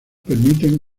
permiten